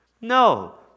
No